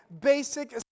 basic